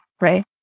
right